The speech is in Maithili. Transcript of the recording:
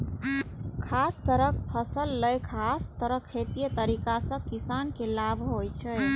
खास तरहक फसल लेल खास तरह खेतीक तरीका सं किसान के लाभ होइ छै